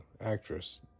actress